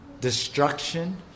destruction